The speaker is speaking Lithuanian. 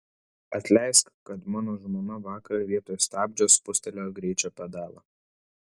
atleisk kad mano žmona vakar vietoj stabdžio spustelėjo greičio pedalą